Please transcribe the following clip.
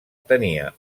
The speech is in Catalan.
tenia